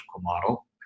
model